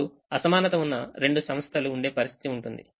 ఇప్పుడు అసమానత ఉన్న రెండు సంస్థలు ఉండే పరిస్థితి ఉంటుంది